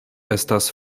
estas